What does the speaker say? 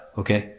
okay